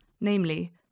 namely